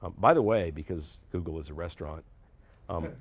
um by the way, because google is a restaurant,